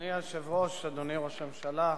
אדוני היושב-ראש, אדוני ראש הממשלה,